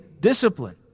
discipline